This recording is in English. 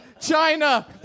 China